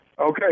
Okay